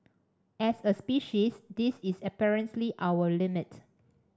as a species this is apparently our limit